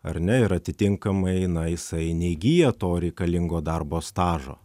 ar ne ir atitinkamai na jisai neįgyja to reikalingo darbo stažo